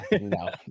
no